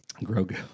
Grogu